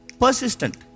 Persistent